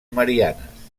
marianes